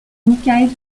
mikhaïl